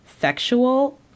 sexual